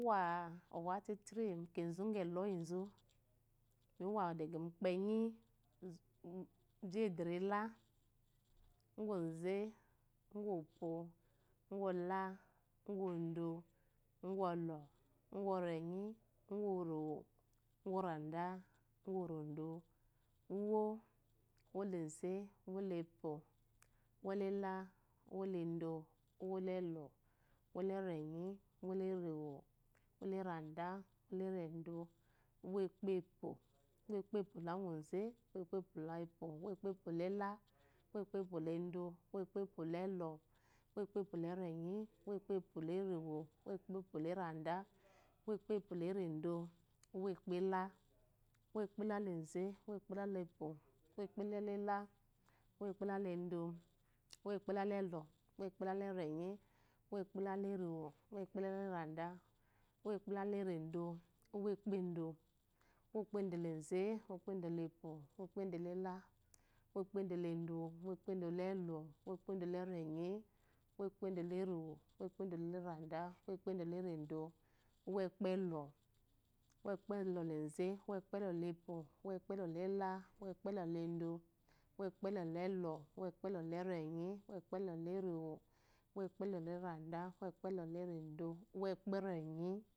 Miwa owafutiri mukezu gye ehoyizu miwa dege mukpenyi ji ederi ela nguoze uguopwo ugula ugudo ugulo ugorenyi uguorowo, uguoreda, uguorodo, uwo, uwoleze, uwolepwo, uwolela uwoledo, uwoleɔ, uwoleerenyi uwolerewo, uwolereda, uwoleleredo uwokpepwo uwoige prolaguze, uwoekpepwolepwo, uwekpeprolaguoze, uwoekpepwolepwo, uwekpepwolele uwokpepwoledo, uwokpepwolelɔumokpeprolerenyi, uwokpeorobrewo, uwopkepwo lerenda, uwokpepwoleredo omokpela uwkpelelize, uwokpedalepwu, uwokpela lete uwokpelaledo, uwokpele lɔ uwokpela lerenyi uwokpela lerwoo, umopelalerade uwokpelaleredo uwokpedo, uwokpedolreze, uwokpedo upmo umkpedolela, umoekpedo ledo, umokpedolelɔ, umo ekpedolerenyi, uwokpedolarewo, uwoekpedolarade, uwokpedoleredo umokpelɔ uwokpelɔlezu, uwokpolɔpwo, uwokpelɔlela, uwokpelɔledo, umokpelolelɔ uwokplerenyi uwopelɔlerewo, uwolalerade, uwokpelɔ leredo, uwokperenyi